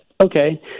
Okay